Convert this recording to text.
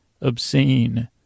obscene